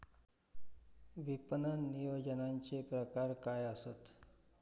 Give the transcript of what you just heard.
विपणन नियोजनाचे प्रकार काय आसत?